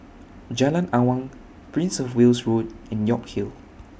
Jalan Awang Prince of Wales Road and York Hill